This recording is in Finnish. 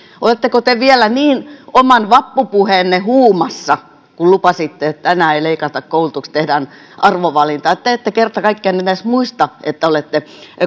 oletteko te vielä niin oman vappupuheenne huumassa kun lupasitte että enää ei leikata koulutuksesta ja tehdään arvovalinta että te ette kerta kaikkiaan edes muista että olette